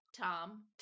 Tom